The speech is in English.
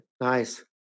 Nice